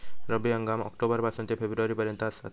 रब्बी हंगाम ऑक्टोबर पासून ते फेब्रुवारी पर्यंत आसात